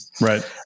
Right